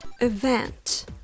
Event